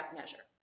measure